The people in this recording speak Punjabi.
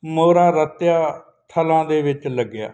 ਮੋਰਾ ਰਤਿਆ ਥਲਾਂ ਦੇ ਵਿੱਚ ਲੱਗਿਆ